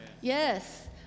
Yes